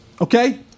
Okay